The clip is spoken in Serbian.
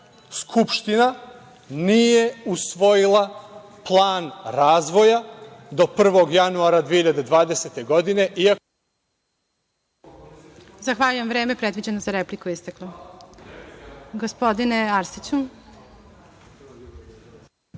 Skupština nije usvojila plan razvoja do 01. januara 2020. godine,